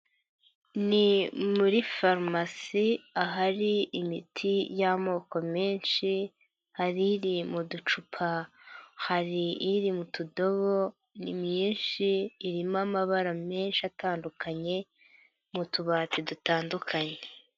Ni muri farumasi ahari imiti y'amoko menshi, hari iri mu ducupa, hari iri mu tudobo, ni mwinshi, irimo amabara menshi atandukanye, mu tubati dutandukanye.